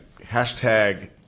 hashtag